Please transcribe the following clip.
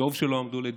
וטוב שלא עמדו לדין.